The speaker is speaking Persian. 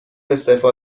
استعفا